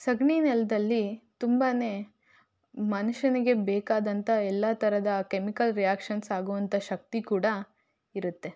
ಸಗಣಿ ನೆಲದಲ್ಲಿ ತುಂಬಾ ಮನುಷ್ಯನಿಗೆ ಬೇಕಾದಂಥ ಎಲ್ಲ ಥರದ ಕೆಮಿಕಲ್ ರಿಯಾಕ್ಷನ್ಸ್ ಆಗುವಂಥ ಶಕ್ತಿ ಕೂಡ ಇರುತ್ತೆ